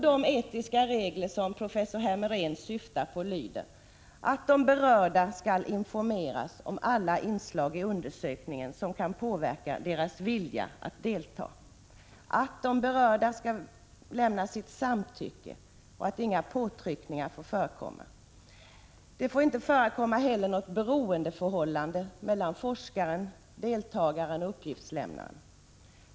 De etiska regler som professor Hermerén syftar på lyder: = De berörda skall informeras om alla inslag i undersökningen som kan påverka deras vilja att delta. = De berörda skall lämna sitt samtycke till medverkan. Inga påtryckningar får förekomma. - Det får inte förekomma något beroendeförhållande mellan forskaren och deltagare/uppgiftslämnare.